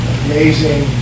amazing